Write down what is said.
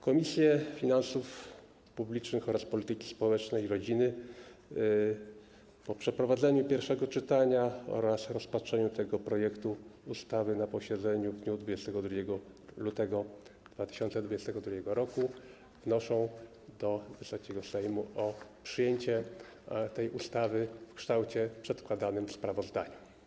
Komisje: Finansów Publicznych oraz Polityki Społecznej i Rodziny po przeprowadzeniu pierwszego czytania oraz rozpatrzeniu tego projektu ustawy na posiedzeniu w dniu 22 lutego 2022 r. wnoszą do Wysokiego Sejmu o przyjęcie tej ustawy w kształcie przedkładanym w sprawozdaniu.